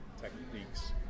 techniques